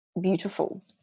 beautiful